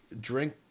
drink